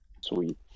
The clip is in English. sweet